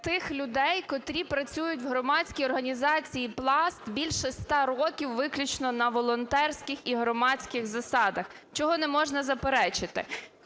тих людей, котрі працюють в громадській організації Пласт більше 100 років виключно на волонтерських і громадських засадах, чого не можна заперечити.